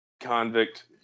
convict